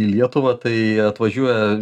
lietuvą tai atvažiuoja